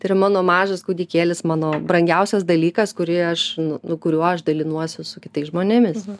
tai yra mano mažas kūdikėlis mano brangiausias dalykas kurį aš nu nu kuriuo aš dalinuosi su kitais žmonėmis